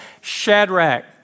Shadrach